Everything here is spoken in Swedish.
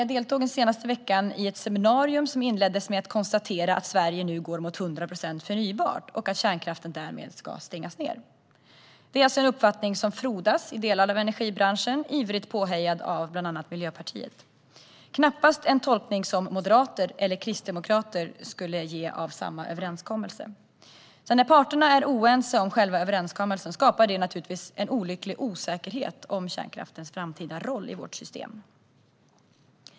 Jag deltog den senaste veckan i ett seminarium där man inledde med att konstatera att Sverige nu går mot 100 procent förnybart och att kärnkraften därmed ska stängas ned. Det är en uppfattning som frodas i delar av energibranschen, ivrigt påhejad av bland annat Miljöpartiet, men knappast den tolkning som moderater eller kristdemokrater skulle göra av samma överenskommelse. När parterna är oense om själva överenskommelsen skapar det naturligtvis en olycklig osäkerhet om kärnkraftens framtida roll i vårt system.